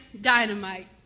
dynamite